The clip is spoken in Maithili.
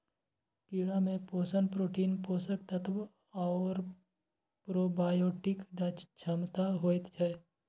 कीड़ामे पोषण प्रोटीन, पोषक तत्व आओर प्रोबायोटिक क्षमता होइत छै